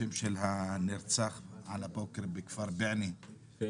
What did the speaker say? השם של הנרצח על הבוקר בכפר בעיינה,